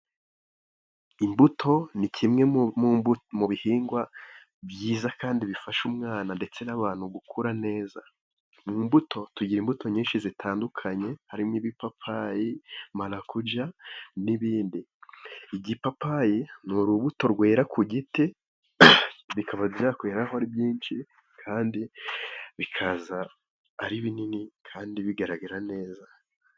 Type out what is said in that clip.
Imbuto ni kimwe mu bihingwa byiza kandi bifasha umwana ndetse n'abantu gukura neza. Mu mbuto tugira imbuto nyinshi zitandukanye harimo; ibipapayi, marakuja n'ibindi. Igipapayi ni urubuto rwera ku giti, bikaba byakweraho ari byinshi kandi bikaza ari binini kandi bigaragara neza.